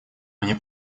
мне